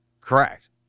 Correct